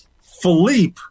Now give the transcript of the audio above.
philippe